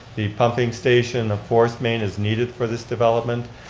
the pumping station and force main is needed for this development.